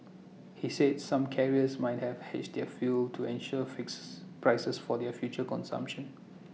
he said some carriers might have hedged their fuel to ensure fixes prices for their future consumption